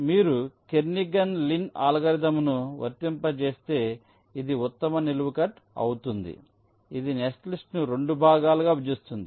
మీరు Kernighan Lin అల్గోరిథంను వర్తింపజేస్తే ఇది ఉత్తమ నిలువు కట్ అవుతుంది ఇది నెట్లిస్ట్ను 2 భాగాలుగా విభజిస్తుంది